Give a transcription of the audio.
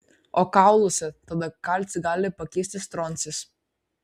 o kauluose tada kalcį gali pakeisti stroncis